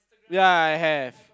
ya I have